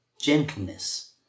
gentleness